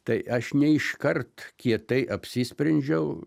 tai aš ne iškart kietai apsisprendžiau